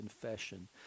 confession